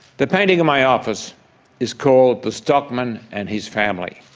the painting in my office is called the stockman and his family.